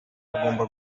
bugomba